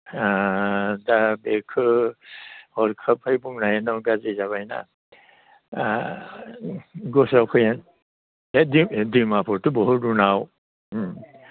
दा बेखौ हरखाबै बुंनायानो गाज्रि जाबायना गोसोआव फैया बे डिमा डिमाफुरथ' बहुत उनाव